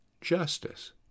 justice